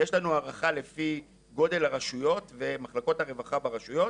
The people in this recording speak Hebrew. יש לנו הערכה לפי גודל הרשויות ומחלקות הרווחה ברשויות,